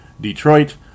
Detroit